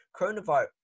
coronavirus